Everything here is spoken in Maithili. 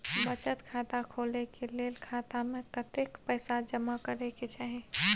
बचत खाता खोले के लेल खाता में कतेक पैसा जमा करे के चाही?